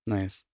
Nice